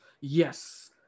yes